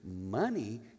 Money